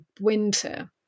winter